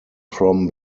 from